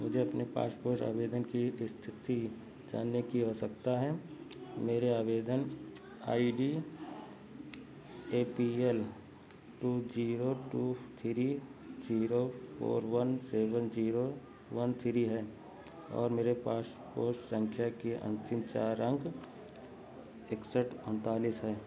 मुझे अपने पासपोस आवेदन की एक स्थिति जानने की आवश्यकता है मेरे आवएदन ID A P L two zero two three zero four one seven zero one three है और मेरए पासपोस संख्या की अंतिम चार अंक एकसठ उनतालीस है